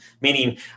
Meaning